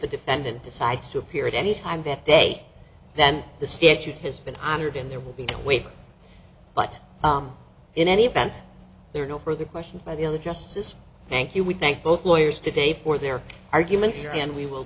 the defendant decides to appear at any time that day then the statute has been honored in there will be a waiver but in any event there are no further questions by the other justices thank you we thank both lawyers today for their arguments and we will